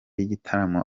yigitaramo